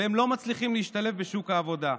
והם לא מצליחים להשתלב בשוק העבודה.